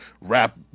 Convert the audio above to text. rap